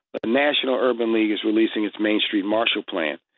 but the national urban league is releasing its main street marshall plan,